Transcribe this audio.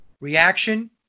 reaction